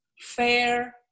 fair